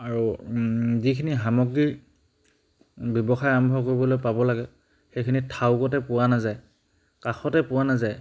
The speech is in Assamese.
আৰু যিখিনি সামগ্ৰী ব্যৱসায় আৰম্ভ কৰিবলৈ পাব লাগে সেইখিনি থাউকতে পোৱা নাযায় কাষতে পোৱা নাযায়